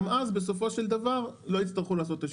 גם אז בסופו של דבר לא יצטרכו לעשות את השימוע.